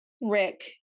Rick